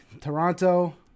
Toronto